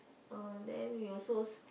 oh then we also